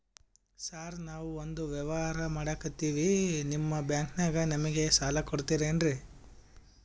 Sir ನಾವು ಒಂದು ವ್ಯವಹಾರ ಮಾಡಕ್ತಿವಿ ನಿಮ್ಮ ಬ್ಯಾಂಕನಾಗ ನಮಿಗೆ ಸಾಲ ಕೊಡ್ತಿರೇನ್ರಿ?